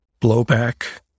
blowback